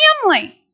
family